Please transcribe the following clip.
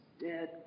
dead